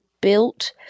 built